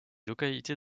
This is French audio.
localités